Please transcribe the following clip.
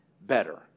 Better